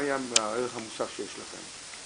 מה היה הערך המוסף שיש לכם?